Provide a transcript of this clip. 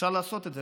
אפשר לעשות את זה.